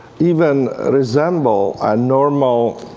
even resemble a normal,